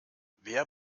wer